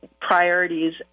priorities